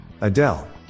Adele